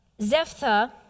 Zephthah